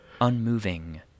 unmoving